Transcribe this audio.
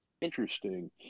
interesting